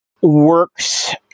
works